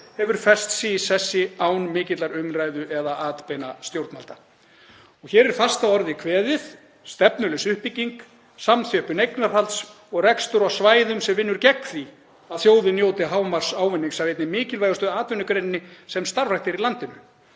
hefur fest sig í sessi án mikillar umræðu eða atbeina stjórnvalda. Hér er fast að orði kveðið, stefnulaus uppbygging, samþjöppun eignarhalds og rekstur á svæðum sem vinnur gegn því að þjóðin njóti hámarksávinnings af einni mikilvægustu atvinnugreininni sem starfrækt er í landinu.